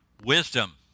Wisdom